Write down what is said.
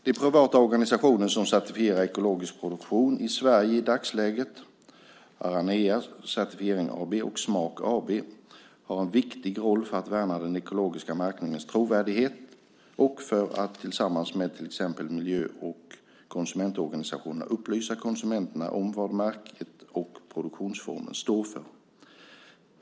De privata organisationer som certifierar ekologisk produktion i Sverige, i dagsläget Aranea Certifiering AB och SMAK AB, har en viktig roll för att värna den ekologiska märkningens trovärdighet och för att tillsammans med till exempel miljö och konsumentorganisationer upplysa konsumenterna om vad märket och produktionsformen står för.